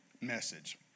message